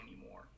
anymore